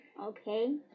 Okay